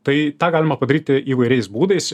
tai tą galima padaryti įvairiais būdais